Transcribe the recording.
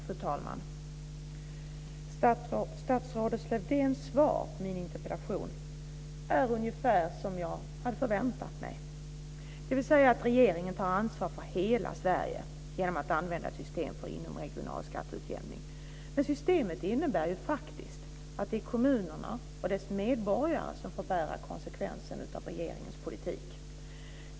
Fru talman! Statsrådet Lövdéns svar på min interpellation är ungefär som jag hade förväntat mig, dvs. att regeringen tar ansvar för hela Sverige genom att använda ett system för inomregional skatteutjämning. Men systemet innebär faktiskt att det är kommunerna och deras medborgare som får bära konsekvensen av regeringens politik.